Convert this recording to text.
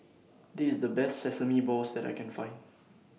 This IS The Best Sesame Balls that I Can Find